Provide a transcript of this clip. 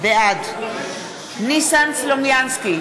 בעד ניסן סלומינסקי,